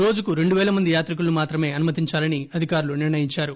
రోజుకు రెండు పేల మంది యాత్రికులను మాత్రమే అనుమతించాలని అధికారులు నిర్ణయించారు